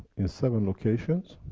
in seven locations,